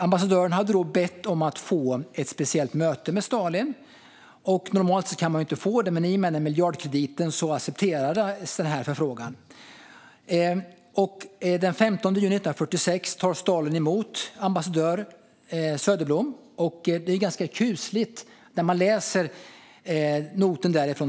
Ambassadören hade då bett om att få ett särskilt möte med Stalin. Normalt sett kunde man inte få det, men i och med miljardkrediten accepterades denna förfrågan. Den 15 juni 1946 tar Stalin emot ambassadör Söderblom, och det är ganska kusligt att läsa noten därifrån.